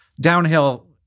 downhill